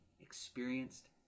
experienced